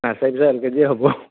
L K G হ'ব